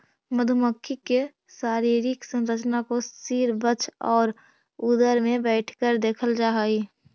मधुमक्खी के शारीरिक संरचना को सिर वक्ष और उदर में बैठकर देखल जा हई